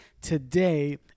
today